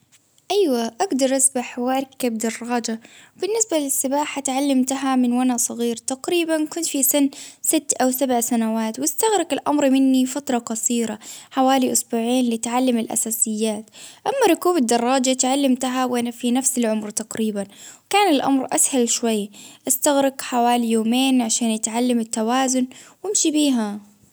أيوه أقدر أسبح وأركب دراجة، بالنسبة للسباحة تعلمتها من وأنا صغير تقريب، كنت في سن ست أو سبع سنوات، وأستغرق الأمر مني فترة قصيرة حوالي إسبوعين لتعلم الأساسيات، أما ركوب الدراجة تعلمتها وأنا في نفس العمر تقريبا، كان الأمر أسهل شوي إستغرق حوالي يومين عشان أتعلم التوازن وأمشي بيها.